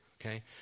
okay